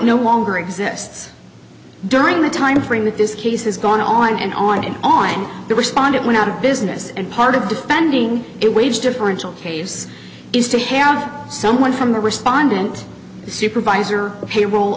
no longer exists during the time frame that this case has gone on and on and on the respondent went out of business and part of defending it wage differential case is to have someone from the respondent a supervisor a payroll